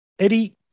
Eddie